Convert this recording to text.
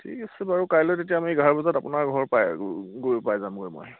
ঠিক আছে বাৰু কাইলৈ তেতিয়া আমি এঘাৰ বজাত আপোনাৰ ঘৰ পাই আৰু গৈ পাই যামগৈ মই